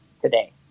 today